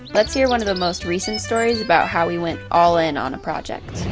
let's hear one of the most recent stories about how we went all in on a project.